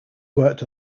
worked